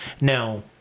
Now